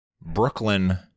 Brooklyn